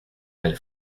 elle